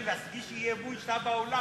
כבר חודש מתכונן להגיש אי-אמון כשאתה באולם,